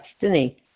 destiny